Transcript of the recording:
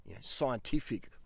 scientific